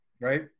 right